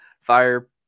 fire